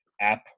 app